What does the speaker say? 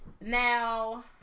Now